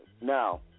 Now